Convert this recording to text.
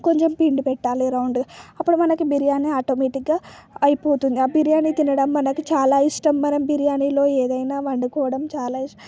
కొంచెం పిండి పెట్టాలి రౌండ్ అప్పుడు మనకి బిర్యానీ ఆటోమేటిక్గా అయిపోతుంది ఆ బిర్యానీ తినడం మనకు చాలా ఇష్టమైన బిర్యానీలో ఏదైనా వండుకోవడం చాలా